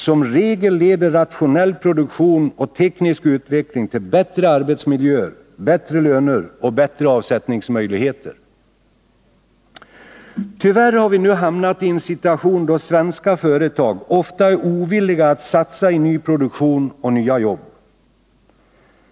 Som regel leder nationell produktion och teknisk utveckling till bättre arbetsmiljöer, bättre löner och bättre avsättningsmöjligheter. Tyvärr har vi nu hamnat i en situation då svenska företag ofta är ovilliga att satsa i ny produktion och nya jobb.